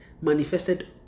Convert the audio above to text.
manifested